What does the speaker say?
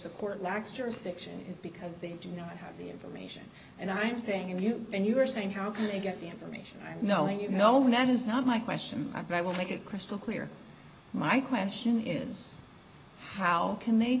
the court lacks jurisdiction is because they do not have the information and i am saying you and you are saying how can they get the information knowing you know not is not my question i but i will make it crystal clear my question is how can they